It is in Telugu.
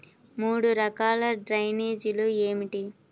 మూడు రకాల డ్రైనేజీలు ఏమిటి?